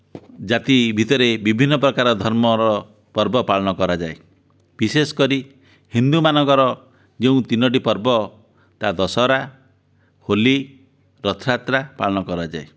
ଜାତି ଭିତରେ ବିଭିନ୍ନପ୍ରକାର ଧର୍ମର ପର୍ବ ପାଳନ କରାଯାଏ ବିଶେଷ କରି ହିନ୍ଦୁମାନଙ୍କର ଯେଉଁ ତିନୋଟି ପର୍ବ ତାହା ଦଶହରା ହୋଲି ରଥ ଯାତ୍ରା ପାଳନ କରାଯାଏ